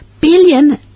billion